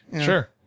Sure